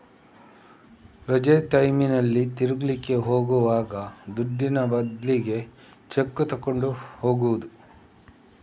ರಜೆ ಟೈಮಿನಲ್ಲಿ ತಿರುಗ್ಲಿಕ್ಕೆ ಹೋಗುವಾಗ ದುಡ್ಡಿನ ಬದ್ಲಿಗೆ ಚೆಕ್ಕು ತಗೊಂಡು ಹೋಗುದು